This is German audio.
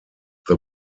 the